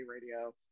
Radio